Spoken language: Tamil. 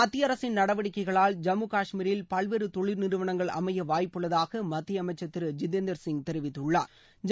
மத்திய அரசின் நடவடிக்கைகளால் ஜம்மு காஷ்மிரில் பல்வேறு தொழிற் நிறுவனங்கள் அமைய வாய்ப்புள்ளதாக மத்திய அமைச்சா் திரு ஜிதேந்தா் சிங் தெரிவித்துள்ளாா்